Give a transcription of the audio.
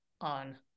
on